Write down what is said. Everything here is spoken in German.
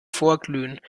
vorglühen